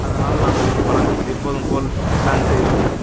அதனால் நாங்கள் வழக் எப்போதும் போல் ப்ளான் செய்தோம்